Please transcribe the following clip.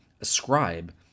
ascribe